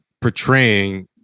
portraying